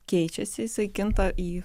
keičiasi jisai kinta į